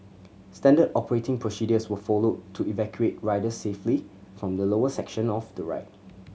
standard operating procedures were followed to evacuate riders safely from the lower section of the ride